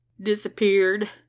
Disappeared